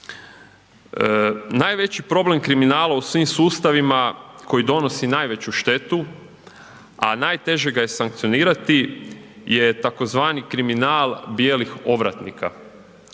Najveći problem kriminala u svim sustavima koji donosi najveću štetu, a najteže ga je sankcionirati, je tako zvani kriminal bijelih ovratnika,